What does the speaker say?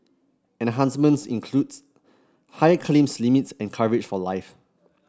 enhancements includes higher claims limits and coverage for life